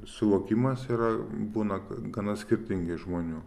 suvokimas yra būna gana skirtingai žmonių